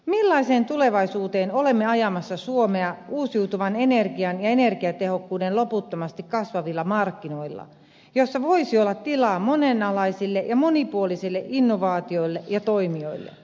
millaiseen tulevaisuuteen olemme ajamassa suomea uusiutuvan energian ja energiatehokkuuden loputtomasti kasvavilla markkinoilla joissa voisi olla tilaa monialaisille ja monipuolisille innovaatioille ja toimijoille